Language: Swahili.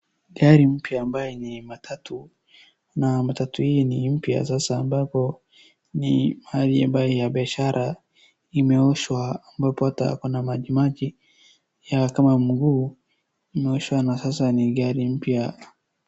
Gari mpya ambaye ni matatu na matatu hii mpya sasa ambapo ni mahali ambaye ni ya biashara imeoshwa ambapo ata ako na majimaji ya kama mguu imeoshwa na sasa ni gari mpya.